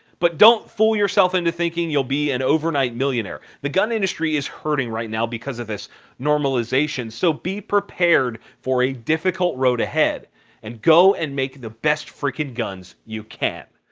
but don't fool yourself into thinking you will be an overnight millionaire. the gun industry is hurting right now because of this normalization so be prepared for a difficult road ahead and go and make the best freaking guns you can.